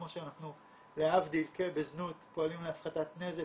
כמו שאנחנו להבדיל בזנות פועלים להפחתת נזק,